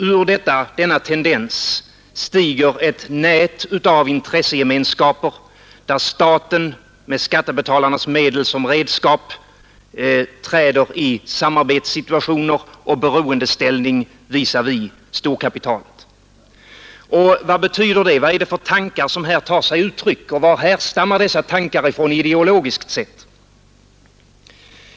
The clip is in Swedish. Ur denna tendens stiger ett nät av intressegemenskaper där staten med skattebetalarnas medel som redskap träder i samarbetssituationer och beroendeställning visavi storkapitalet. Och vad betyder det, vad är det för tankar som här tar sig uttryck och varifrån härstammar dessa tankar ideologiskt sett?